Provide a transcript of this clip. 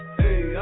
hey